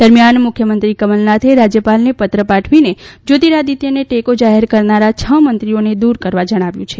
દરમિયાન મુખ્યમંત્રી કમલનાથે રાજયપાલને પત્ર પાઠવીને જ્યોતિરાદિત્યને ટેકો જાહેર કરનારા છ મંત્રીઓને દૂર કરવા જણાવ્યું છે